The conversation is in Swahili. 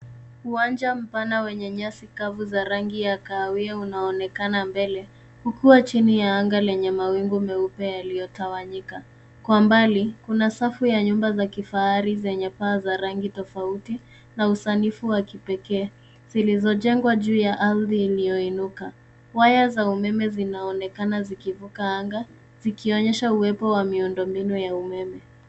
Uwanja mpana wenye nyasi fupi za rangi ya kahawia unaonekana mbele, chini ya anga lenye mawingu meupe yaliyotawanyika. Kwa mbali, kuna safu ya nyumba za kifahari zenye paa za rangi tofauti na usanifu wa kipekee, zilizojengwa juu ya ardhi iliyo inuka. Waya za umeme zinaonekana zikivuka angani, zikionyesha uwepo wa miundombinu ya umeme.